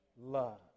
love